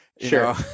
Sure